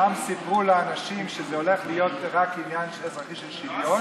שם סיפרו לאנשים שזה הולך להיות רק עניין של שוויון,